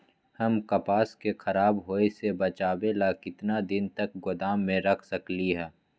हम कपास के खराब होए से बचाबे ला कितना दिन तक गोदाम में रख सकली ह?